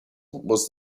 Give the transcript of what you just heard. was